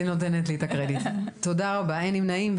נמנעים,